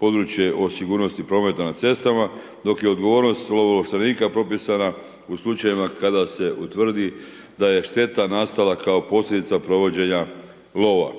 područje o sigurnosti prometa na cestama, dok je odgovornost lovo ovlaštenika propisana u slučajevima kada se utvrdi da je šteta nastala kao posljedica provođenja lova.